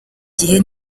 gihe